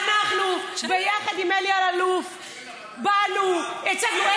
אנחנו, ביחד עם אלי אלאלוף, באנו, הצגנו.